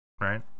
Right